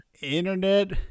internet